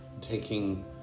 taking